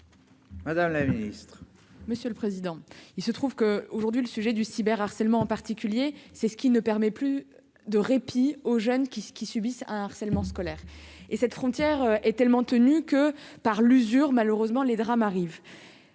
Madame la Ministre. Monsieur le président, il se trouve que, aujourd'hui, le sujet du cyber harcèlement en particulier, c'est ce qui ne permet plus de répit aux jeunes qui se qui subissent un harcèlement scolaire et cette frontière est tellement tenu que par l'usure, malheureusement les drames arrivent